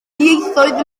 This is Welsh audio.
ieithoedd